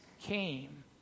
came